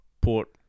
Port